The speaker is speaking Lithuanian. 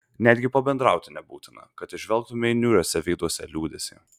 netgi pabendrauti nebūtina kad įžvelgtumei niūriuose veiduose liūdesį